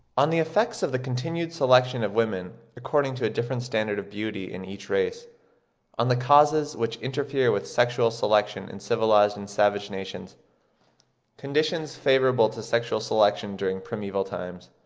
on the effects of the continued selection of women according to a different standard of beauty in each race on the causes which interfere with sexual selection in civilised and savage nations conditions favourable to sexual selection during primeval times